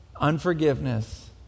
Unforgiveness